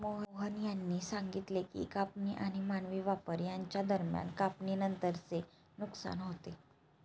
मोहन यांनी सांगितले की कापणी आणि मानवी वापर यांच्या दरम्यान कापणीनंतरचे नुकसान होते